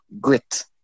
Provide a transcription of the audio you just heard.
grit